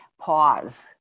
pause